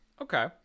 Okay